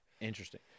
Interesting